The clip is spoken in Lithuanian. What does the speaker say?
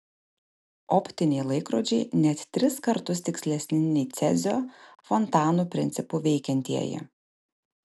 optiniai laikrodžiai net tris kartus tikslesni nei cezio fontanų principu veikiantieji